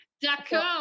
D'accord